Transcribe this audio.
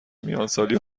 میانسالی